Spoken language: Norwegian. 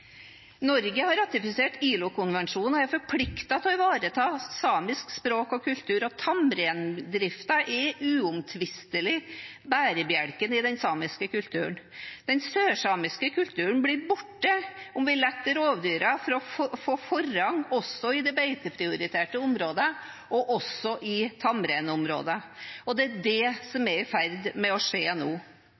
Norge har ratifisert ILO-konvensjonen og er forpliktet til å ivareta samisk språk og kultur, og tamreindriften er uomtvistelig bærebjelken i den samiske kulturen. Den sørsamiske kulturen blir borte om vi lar rovdyra få forrang også i de beiteprioriterte områdene, også i tamreinområder. Og det er det som er i ferd med å skje nå.